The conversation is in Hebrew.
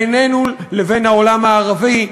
בינינו לבין העולם הערבי.